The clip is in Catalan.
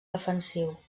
defensiu